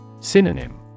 Synonym